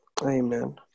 Amen